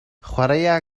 chwaraea